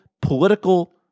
political